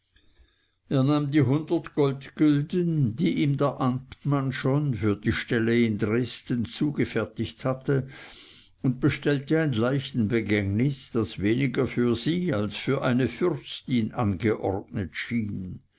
die hundert goldgülden die ihm der amtmann schon für die ställe in dresden zugefertigt hatte und bestellte ein leichenbegängnis das weniger für sie als für eine fürstin angeordnet schien